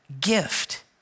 gift